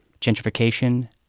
gentrification